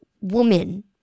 woman